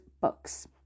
books